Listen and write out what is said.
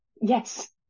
Yes